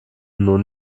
nur